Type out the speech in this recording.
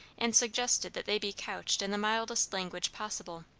and suggested that they be couched in the mildest language possible.